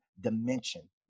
dimension